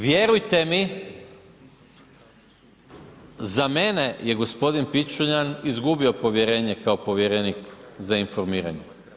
Vjerujete mi za mene je g. Pičuljan izgubio povjerenje kao povjerenik za informiranje.